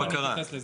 חברות בקרה.